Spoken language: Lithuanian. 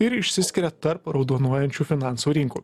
ir išsiskiria tarp raudonuojančių finansų rinkų